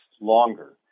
longer